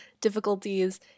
difficulties